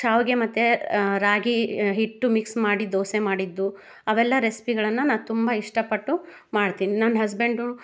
ಶಾವಿಗೆ ಮತ್ತು ರಾಗಿ ಹಿಟ್ಟು ಮಿಕ್ಸ್ ಮಾಡಿ ದೋಸೆ ಮಾಡಿದ್ದು ಅವೆಲ್ಲ ರೆಸ್ಪಿಗಳನ್ನು ನ ತುಂಬ ಇಷ್ಟ ಪಟ್ಟು ಮಾಡ್ತೀನಿ ನನ್ನ ಹಸ್ಬೆಂಡು